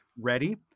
Ready